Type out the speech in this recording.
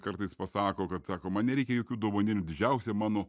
kartais pasako kad sako man nereikia jokių dovanėlių didžiausia mano